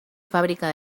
fábrica